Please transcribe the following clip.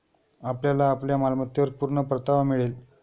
आपल्याला आपल्या मालमत्तेवर पूर्ण परतावा मिळेल